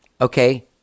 Okay